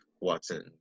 Watson